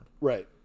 right